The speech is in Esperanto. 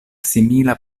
simila